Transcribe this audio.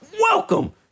Welcome